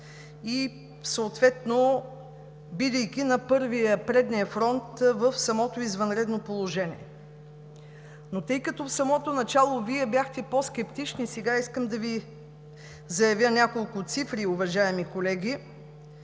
и съответно бидейки на предния фронт в самото извънредно положение. Но тъй като в самото начало Вие бяхте по-скептични, сега искам да Ви заявя няколко цифри, уважаеми колеги.